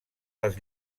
les